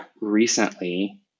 recently